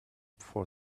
for